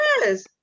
Yes